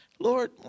Lord